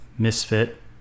misfit